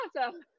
awesome